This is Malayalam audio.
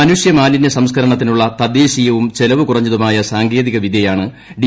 മനുഷ്യ മാലിനൃ സംസ്ക്കരണത്തിനുള്ള തദ്ദേശീയവും ചെലവു കുറഞ്ഞതുമായ സാങ്കേതിക വിദ്യയാണ് ഡി